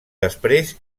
després